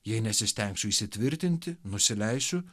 jei nesistengsiu įsitvirtinti nusileisiu